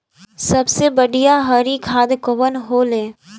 सबसे बढ़िया हरी खाद कवन होले?